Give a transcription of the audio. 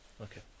Okay